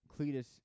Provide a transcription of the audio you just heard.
Cletus